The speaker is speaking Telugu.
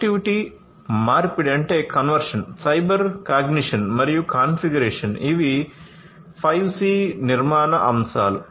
కనెక్టివిటీ మార్పిడి సైబర్ కాగ్నిషన్ మరియు కాన్ఫిగరేషన్ ఇవి 5 సి నిర్మాణ అంశాలు